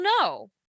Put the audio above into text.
no